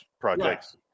projects